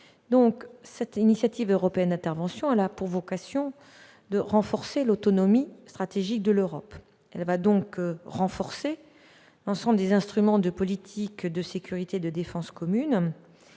L'initiative européenne d'intervention a vocation à renforcer l'autonomie stratégique de l'Europe et donc l'ensemble des instruments de politique de sécurité et de défense commune.